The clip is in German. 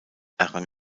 errang